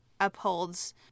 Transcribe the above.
upholds